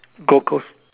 gold coast